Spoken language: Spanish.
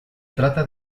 trata